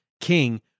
king